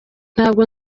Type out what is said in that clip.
ntabwo